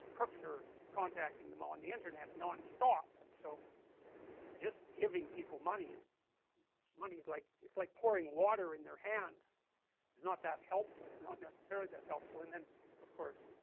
crooks are contacting them on the internet non-stop, and so just giving people money money it's like, it's like pouring water in their hands it's not that helpful, not necessarily that helpful, and then of course,